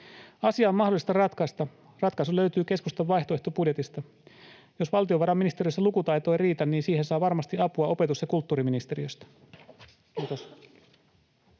Asia on mahdollista ratkaista. Ratkaisu löytyy keskustan vaihtoehtobudjetista. Jos valtiovarainministeriössä lukutaito ei riitä, niin siihen saa varmasti apua opetus- ja kulttuuriministeriöstä.